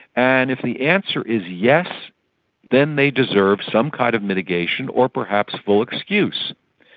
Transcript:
and if the answer is yes then they deserve some kind of mitigation or perhaps full excuse.